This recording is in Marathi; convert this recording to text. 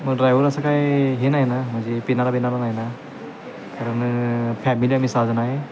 मग ड्रायव्हर असं काय हे नाही ना म्हणजे पिणारा बिणारा नाही ना कारण फॅमिली आम्ही सहा जण आहे